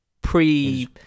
pre